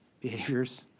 behaviors